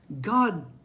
God